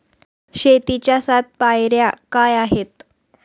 शेतीच्या सात पायऱ्या काय आहेत?